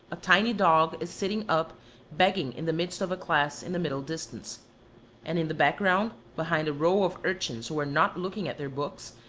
a tiny dog is sitting up begging in the midst of a class in the middle distance and in the background, behind a row of urchins who are not looking at their books,